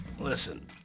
Listen